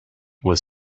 was